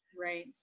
Right